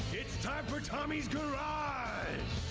it's time for tommy's garage!